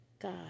God